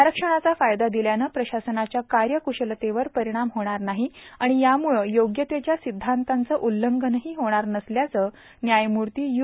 आरक्षणाचा फायदा दिल्यानं प्रशासनाच्या कार्यकुशलतेवर परिणाम होणार नाही आणि यामुळं योग्यतेच्या सिद्धांताचं उल्लंघनही होणार नसल्याचं न्यायमूर्ती यू